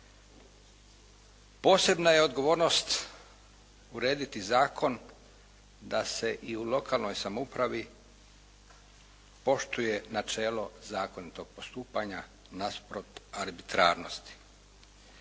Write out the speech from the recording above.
Posebna je odgovornost urediti zakon da se i u lokalnoj samoupravi poštuje načelo zakonitog postupanja nasuprot arbitrarnosti.